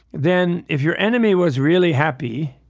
then if your enemy was really happy,